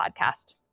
podcast